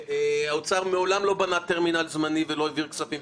האוצר מעולם לא בנה טרמינל זמני ולא העביר כספים,